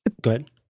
Good